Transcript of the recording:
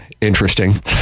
interesting